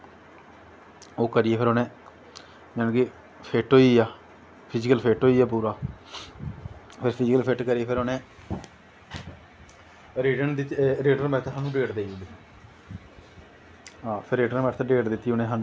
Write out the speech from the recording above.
ओह् करियै फिर जानिके के फिट्ट होईया फिज़िकल फिट्ट होईया पूरा फिज़िकल फिट करियै फिर उनैं रिटन आस्तै डेट देई ओड़ेआ फिर रिटन बास्तै डेट दित्ती उनैं